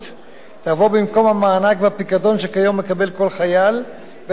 יבוא במקום המענק והפיקדון שהיום מקבל כל חייל בעת שחרורו,